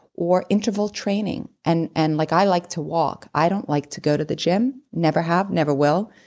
or interval training. and and like i like to walk. i don't like to go to the gym, never have, never will,